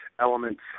elements